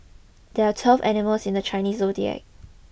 there are twelve animals in the Chinese zodiac